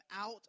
out